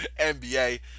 NBA